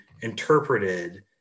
interpreted